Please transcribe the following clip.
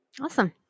Awesome